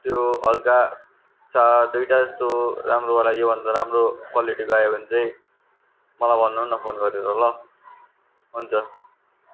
त्यो हल्का चाहिँ दुइवटा जस्तो राम्रो वाला योभन्दा राम्रो क्वालिटीको आयो भने चाहिँ मलाई भन्नु न फोन गरेर ल हुन्छ